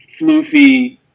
floofy